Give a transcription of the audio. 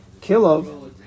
Kilov